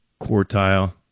quartile